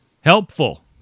Helpful